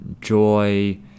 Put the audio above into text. joy